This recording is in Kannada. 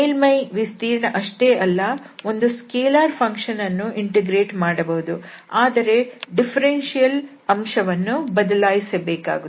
ಮೇಲ್ಮೈ ವಿಸ್ತೀರ್ಣ ಅಷ್ಟೇ ಅಲ್ಲ ಒಂದು ಸ್ಕೆಲಾರ್ ಫಂಕ್ಷನ್ ಅನ್ನೂ ಇಂಟಿಗ್ರೇಟ್ ಮಾಡಬಹುದು ಆದರೆ ಡಿಫರೆನ್ಷಿಯಲ್ ಅಂಶವನ್ನು ಬದಲಾಯಿಸಬೇಕಾಗುತ್ತದೆ